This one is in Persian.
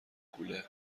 کوله